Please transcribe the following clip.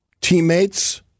teammates